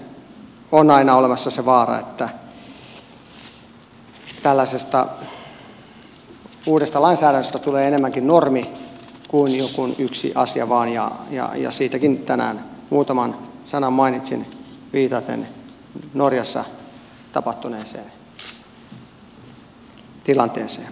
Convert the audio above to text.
toisekseen on aina olemassa se vaara että tällaisesta uudesta lainsäädännöstä tulee enemmänkin normi kuin joku yksi asia vain ja siitäkin tänään muutaman sanan mainitsin viitaten norjassa tapahtuneeseen tilanteeseen